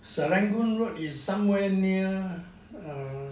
serangoon road is somewhere near err